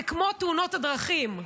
זה כמו תאונות הדרכים,